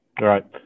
right